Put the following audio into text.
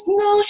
no